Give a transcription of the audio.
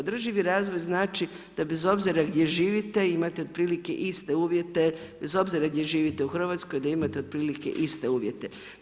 Održivi razvoj znači da bez obzira gdje živite imate otprilike iste uvjete bez obzira gdje živite u Hrvatskoj, da imate otprilike iste uvjete.